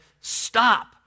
Stop